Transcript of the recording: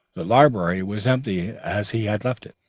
the library was empty as he had left it,